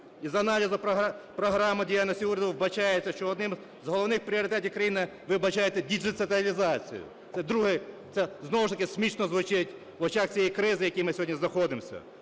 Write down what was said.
І з аналізу програми діяльності уряду вбачається, що одним з головних пріоритетів країни, вибачайте, – діджиталізація. Це знову ж таки смішно звучить в очах цієї кризи, в якій ми сьогодні знаходимося.